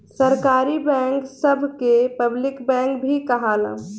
सरकारी बैंक सभ के पब्लिक बैंक भी कहाला